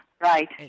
right